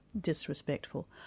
disrespectful